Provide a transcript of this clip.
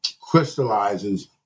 crystallizes